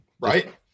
Right